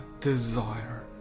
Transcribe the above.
desire